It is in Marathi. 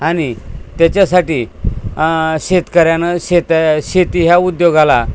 आणि त्याच्यासाठी शेतकऱ्यानं शेतं शेती ह्या उद्योगाला